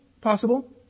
Possible